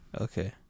Okay